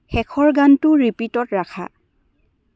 শেষৰ গানটো ৰিপিটত ৰাখা